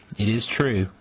it is true,